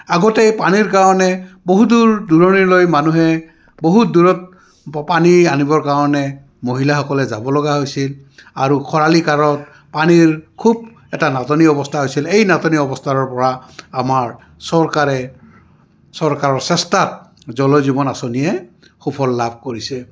আগতে পানীৰ কাৰণে বহু দূৰ দূৰণিলৈ মানুহে বহুত দূৰত পানী আনিবৰ কাৰণে মহিলাসকলে যাব লগা হৈছিল আৰু খৰালি কালত পানীৰ খুব এটা নাটনি অৱস্থা হৈছিল এই নাটনি অৱস্থাৰৰপৰা আমাৰ চৰকাৰে চৰকাৰৰ চেষ্টাত জল জীৱন আঁচনিয়ে সুফল লাভ কৰিছে